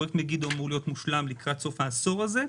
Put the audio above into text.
פרויקט מגידו אמור להיות מושלם לקראת סוף העשור הזה,